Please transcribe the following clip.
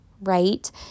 right